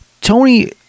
Tony